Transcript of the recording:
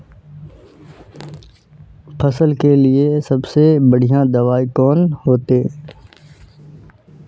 फसल के लिए सबसे बढ़िया दबाइ कौन होते?